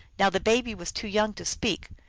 now the baby was too young to speak,